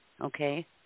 Okay